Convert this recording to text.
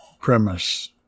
premise